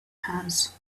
has